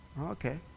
Okay